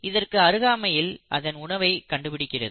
இதற்கு அருகாமையில் அதன் உணவை கண்டுபிடிக்கிறது